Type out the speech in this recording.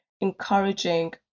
encouraging